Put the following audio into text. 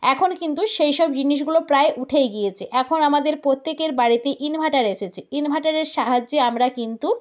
এখন কিন্তু সেইসব জিনিসগুলো প্রায় উঠেই গিয়েছে এখন আমাদের প্রত্যেকের বাড়িতে ইনভার্টার এসেছে ইনভার্টারের সাহায্যে আমরা কিন্তু